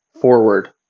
Forward